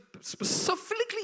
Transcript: specifically